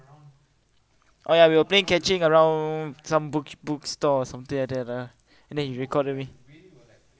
oh ya we were playing catching around some book~ bookstore or something like that ah and then he recorded me